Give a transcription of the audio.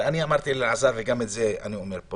אני אמרתי לאלעזר וגם אני אומר פה